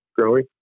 growing